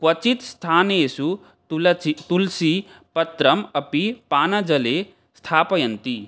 क्वचित् स्थानेषु तुलचि तुल्सि पत्रम् अपि पानजले स्थापयन्ति